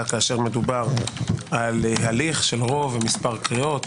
כשמדובר על הליך של רוב במספר קריאות,